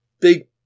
big